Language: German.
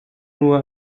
nur